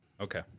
Okay